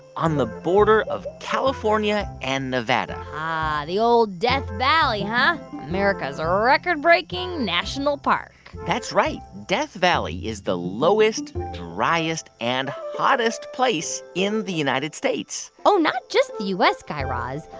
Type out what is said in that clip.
on the border of california and nevada ah, the old death valley huh? america's ah record-breaking national park that's right. death valley is the lowest, driest and hottest place in the united states oh, not just the u s, guy raz.